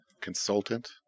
Consultant